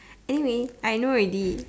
anyway I know already